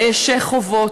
הצעירות שחוות.